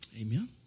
Amen